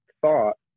thought